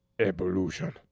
evolution